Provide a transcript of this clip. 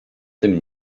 tym